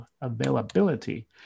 availability